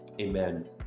Amen